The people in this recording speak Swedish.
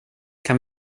kan